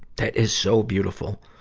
that is so beautiful.